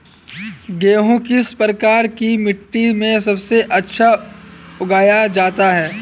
गेहूँ किस प्रकार की मिट्टी में सबसे अच्छा उगाया जाता है?